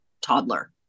toddler